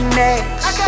next